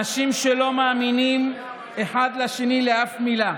אנשים שלא מאמינים אחד לשני לאף מילה.